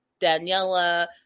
Daniela